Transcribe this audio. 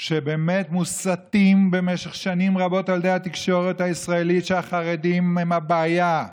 שבאמת מוסתים במשך שנים רבות על ידי התקשורת הישראלית שהחרדים הם הבעיה.